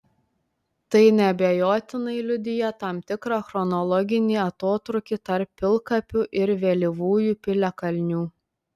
tai neabejotinai liudija tam tikrą chronologinį atotrūkį tarp pilkapių ir vėlyvųjų piliakalnių